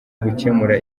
gukemura